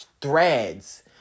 threads